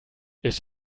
ist